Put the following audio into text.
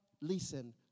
listen